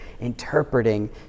interpreting